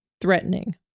threatening